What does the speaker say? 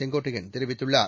செங்கோட்டையன் தெரிவித்துள்ளார்